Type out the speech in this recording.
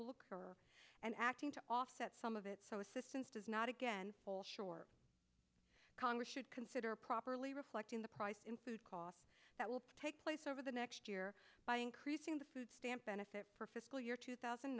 will occur and acting to offset some of it so assistance does not again fall short congress should consider properly reflecting the price in food costs that will take place over the next year by increasing the food stamp benefit for fiscal year two thousand